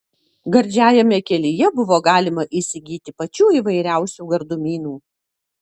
gardžiajame kelyje buvo galima įsigyti pačių įvairiausių gardumynų